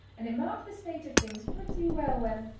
and it marked the state of things pretty well when,